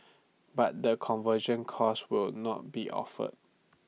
but the conversion course will not be offered